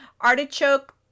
artichoke